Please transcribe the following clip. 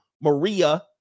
maria